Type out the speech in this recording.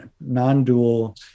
non-dual